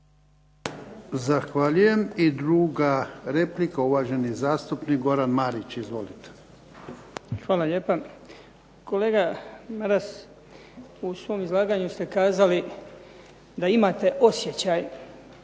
Zahvaljujem. I druga replika, uvaženi zastupnik Goran Marić. Izvolite. **Marić, Goran (HDZ)** Hvala lijepa. Kolega Maras, u svom izlaganju ste kazali da imate osjećaj